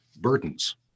Burdens